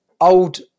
old